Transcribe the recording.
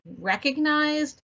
recognized